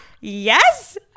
yes